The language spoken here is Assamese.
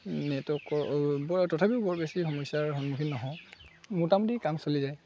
নেটৱৰ্কৰ বৰ তথাপিও বৰ বেছি সমস্যাৰ সন্মুখীন নহওঁ মোটামুটি কাম চলি যায়